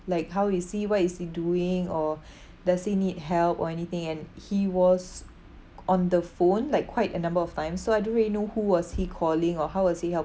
like how is he what is he doing or does he need help or anything and he was on the phone like quite a number of times so I don't really know who was he calling or how was he helping